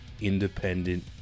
independent